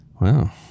Wow